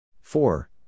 four